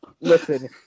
listen